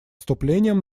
вступлением